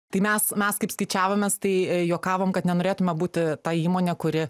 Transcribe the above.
tai mes mes kaip skaičiavomės tai juokavom kad nenorėtume būti ta įmonė kuri